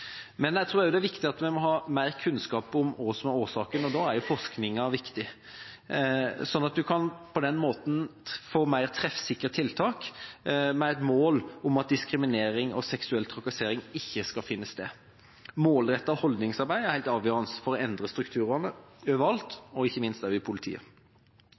Men jeg tror også det er viktig at vi må ha mer kunnskap om hva som er årsaken, og da er forskning viktig. Man kan på den måten få mer treffsikre tiltak, med et mål om at diskriminering og seksuell trakassering ikke skal finne sted. Målrettet holdningsarbeid er helt avgjørende for å endre strukturene overalt, ikke minst også i politiet.